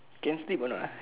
can sleep or not uh